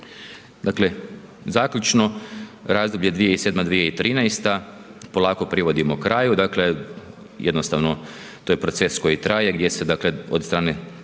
Dakle, zaključno, razdoblje 2007.-2013. polako privodimo kraju, dakle, jednostavno, to je proces koji traje, gdje se dakle, od strane